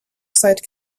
sight